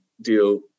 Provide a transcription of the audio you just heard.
deal